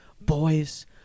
boys